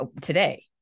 today